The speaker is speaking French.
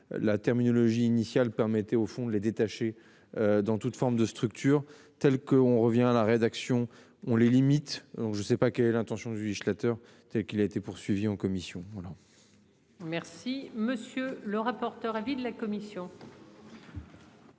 la terminologie initial permettait au fond de les détacher. Dans toute forme de structures telles que on revient à la rédaction on les limites. Donc je sais pas quelle est l'intention du législateur qu'il a été poursuivi en commission. Voilà. Merci monsieur le rapporteur. Avis de la commission.